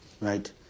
right